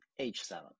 h7